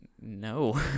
no